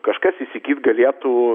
kažkas įsigyt galėtų